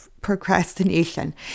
procrastination